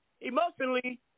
emotionally